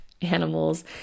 animals